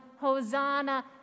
Hosanna